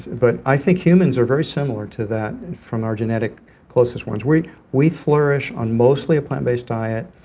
but i think humans are very similar to that from our genetic closest ones. we we flourish on mostly a plant based diet,